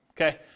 okay